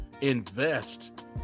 invest